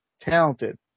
talented